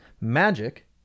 magic